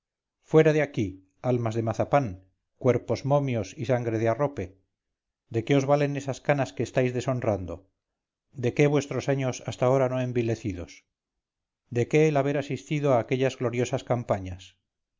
fuera de aquí almas de mazapán cuerpos momios y sangre de arrope de qué os valen esas canas que estáis deshonrando de qué vuestros años hasta ahora no envilecidos de qué el haber asistido a aquellas gloriosas campañas